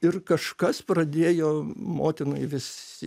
ir kažkas pradėjo motinai vis